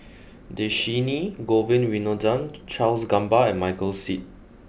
Dhershini Govin Winodan Charles Gamba and Michael Seet